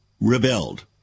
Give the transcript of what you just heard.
rebelled